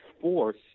force